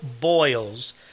boils